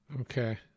Okay